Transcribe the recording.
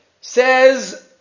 Says